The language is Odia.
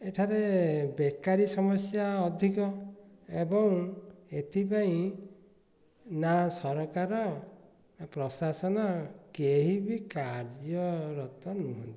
ଏଠାରେ ବେକାରୀ ସମସ୍ୟା ଅଧିକ ଏବଂ ଏଥିପାଇଁ ନା ସରକାର ପ୍ରଶାସନ କେହି ବି କାର୍ଯ୍ୟରତ ନୁହଁନ୍ତି